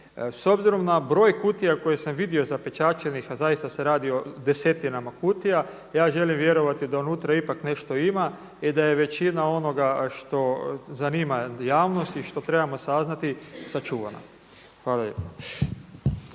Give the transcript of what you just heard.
S obzirom na broj kutija koje sam vidio zapečaćenih, a zaista se radi o desetinama kutija, ja želim vjerovati da unutra ipak nešto ima i da je većina onoga što zanima javnost i što trebamo saznati sačuvana. Hvala